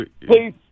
Please